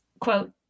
quote